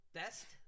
best